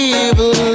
evil